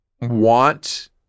want